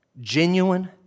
genuine